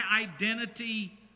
identity